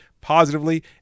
positively